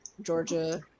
Georgia